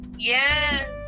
Yes